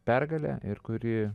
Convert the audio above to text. pergalę ir kuri